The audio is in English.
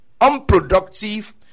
unproductive